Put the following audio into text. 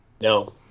no